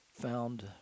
found